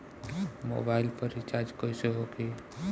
Mobile पर recharge कैसे होखी?